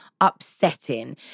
upsetting